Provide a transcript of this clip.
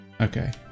Okay